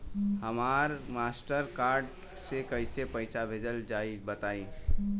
हमरा Mastercard से कइसे पईसा भेजल जाई बताई?